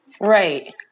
right